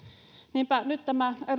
niinpä nyt tämä